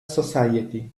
society